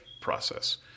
process